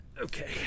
Okay